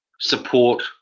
support